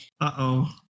Uh-oh